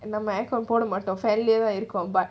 and my my air con போடமாட்டோம்: podha matdhom air con but